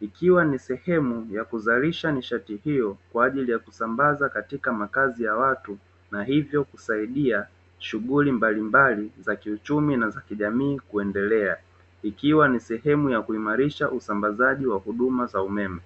Ikiwa ni sehemu ya kuzalisha nishati hiyo kwa ajili ya kusambaza katika makazi ya watu na hivyo kusaidia shughuli mbalimbali za kiuchumi na za kijamii kuendelea. Ikiwa ni sehemu ya kuimarisha usambazaji wa huduma za umeme.